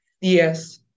yes